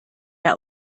der